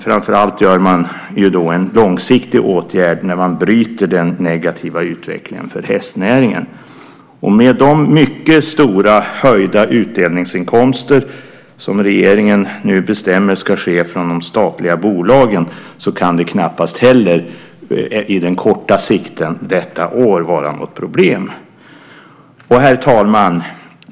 Framför allt vidtar man dock en långsiktig åtgärd när man bryter den negativa utvecklingen för hästnäringen. Med de mycket stora höjningar av utdelningarna från de statliga bolagen som regeringen nu bestämmer ska ske kan det här knappast heller på den korta sikten, detta år, vara något problem. Herr talman!